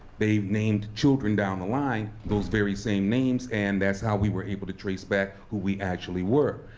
they've named children down the line those very same names, and that's how we were able to trace back who we actually were.